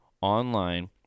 online